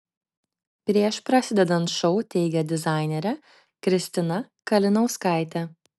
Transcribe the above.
prieš prasidedant šou teigė dizainerė kristina kalinauskaitė